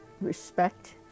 respect